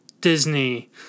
Disney